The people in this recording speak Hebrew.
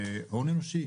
הון אנושי.